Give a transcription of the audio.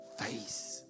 face